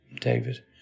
David